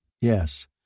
Yes